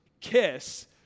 kiss